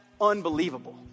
unbelievable